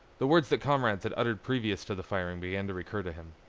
the words that comrades had uttered previous to the firing began to recur to him.